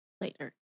later